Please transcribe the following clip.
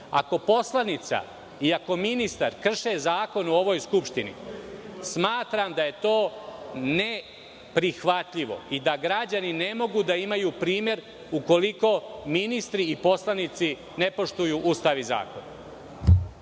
poslanica i ako ministar krše zakon u ovoj Skupštini, smatram da je to neprihvatljivo i da građani ne mogu da imaju primer ukoliko ministri i poslanici ne poštuju Ustav i zakon.